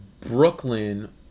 Brooklyn